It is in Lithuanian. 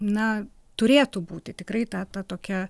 na turėtų būti tikrai ta ta tokia